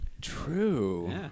True